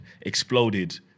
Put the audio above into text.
exploded